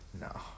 no